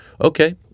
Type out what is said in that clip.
okay